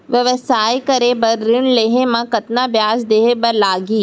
व्यवसाय करे बर ऋण लेहे म कतना ब्याज देहे बर लागही?